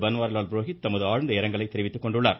பன்வாரிலால் புரோஹித் தமது ஆழ்ந்த இரங்கலை தெரிவித்துக் கொண்டுள்ளார்